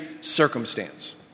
circumstance